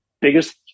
biggest